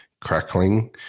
crackling